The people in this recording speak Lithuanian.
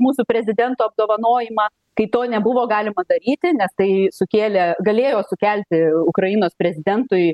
mūsų prezidento apdovanojimą kai to nebuvo galima daryti nes tai sukėlė galėjo sukelti ukrainos prezidentui